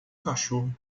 cachorro